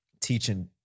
teaching